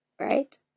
Right